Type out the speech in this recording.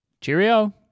cheerio